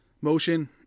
motion